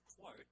quote